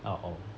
ah oh